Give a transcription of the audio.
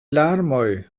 larmoj